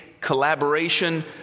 collaboration